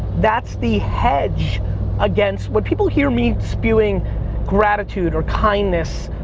that's the hedge against, when people hear me spewing gratitude, or kindness,